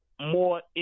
more